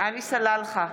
עלי סלאלחה,